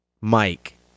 Mike